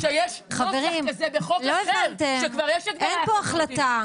חברים, לא הבנתם, אין פה החלטה.